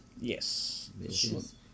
Yes